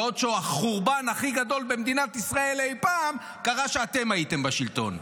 בעוד שהחורבן הכי גדול במדינת ישראל אי-פעם קרה כשאתם הייתם בשלטון.